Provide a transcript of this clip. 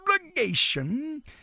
obligation